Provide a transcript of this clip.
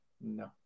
No